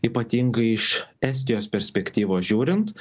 ypatingai iš estijos perspektyvos žiūrint